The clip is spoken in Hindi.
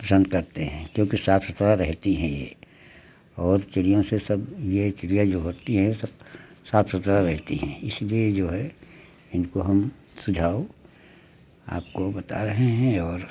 पसन्द करते हैं क्योंकि साफ़ सुथरा रहती हैं यह और चिड़ियों से सब यह चिड़िया जो होती है सब साफ़ सुथरा रहती हैं इसलिए जो है इनको हम सुझाव आपको बता रहे हैं और